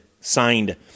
Signed